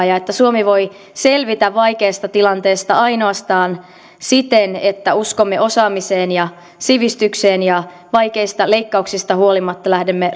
ja että suomi voi selvitä vaikeasta tilanteesta ainoastaan siten että uskomme osaamiseen ja sivistykseen ja vaikeista leikkauksista huolimatta lähdemme